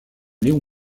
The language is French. léon